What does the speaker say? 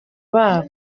babo